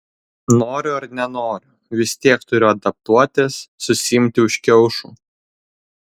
noriu ar nenoriu vis tiek turiu adaptuotis susiimti už kiaušų